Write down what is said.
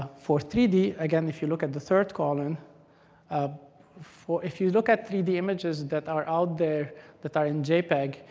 for three d again, if you look at the third column um if you look at three d images that are out there that are in jpeg,